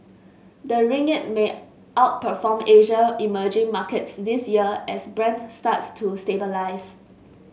the ringgit may outperform Asia emerging markets this year as Brent starts to stabilise